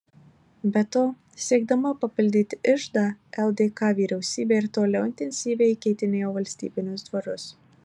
be to siekdama papildyti iždą ldk vyriausybė ir toliau intensyviai įkeitinėjo valstybinius dvarus